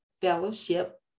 Fellowship